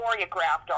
choreographed